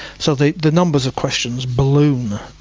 so the the numbers of questions bloom.